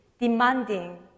demanding